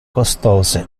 costose